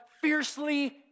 fiercely